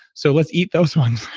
so let's eat those ones.